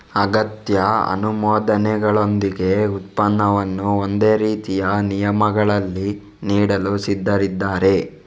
ಅಗತ್ಯ ಅನುಮೋದನೆಗಳೊಂದಿಗೆ ಉತ್ಪನ್ನವನ್ನು ಒಂದೇ ರೀತಿಯ ನಿಯಮಗಳಲ್ಲಿ ನೀಡಲು ಸಿದ್ಧರಿದ್ದಾರೆ